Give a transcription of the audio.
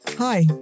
Hi